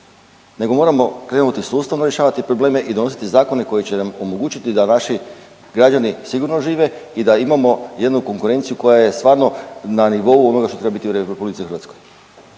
nego moramo krenuti sustavno rješavati probleme i donositi zakone koji će nam omogućiti da naši građani sigurno žive i da imamo jednu konkurenciju koja je stvarno na nivou onoga što treba biti u Republici Hrvatskoj.